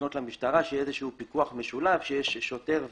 אני עדיין סבור שבסוף בסוף זה עניין שנוגע לאיש שיודע לטפל בדברים.